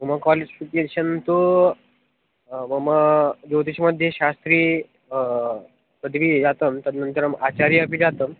मम कोलिफ़िकेशन् तु मम ज्योतिषमध्ये शास्त्री पदवी जाता तदनन्तरम् आचार्यः अपि जातः